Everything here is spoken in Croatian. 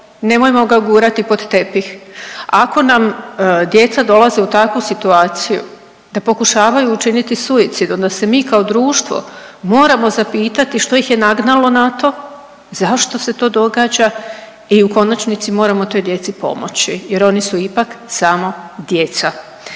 Nemojmo ga gurati pod tepih. Ako nam djeca dolaze u takvu situaciju da pokušavaju učiniti suicid onda se mi kao društvo moramo zapitati što ih je nagnalo na to, zašto se to događa i u konačnici moramo toj djeci pomoći jer oni su ipak samo djeca.